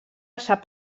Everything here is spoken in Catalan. sap